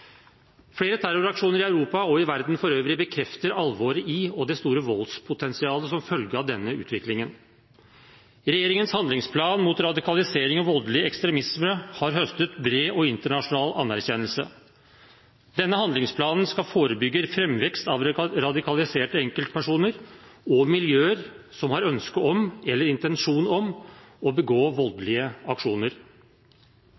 Flere terroraksjoner i Europa og i verden for øvrig bekrefter alvoret i og det store voldspotensialet som følge av denne utviklingen. Regjeringens handlingsplan mot radikalisering og voldelig ekstremisme har høstet bred og internasjonal anerkjennelse. Denne handlingsplanen skal forebygge framvekst av radikaliserte enkeltpersoner og miljøer som har ønske om eller intensjon om å begå